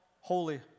holy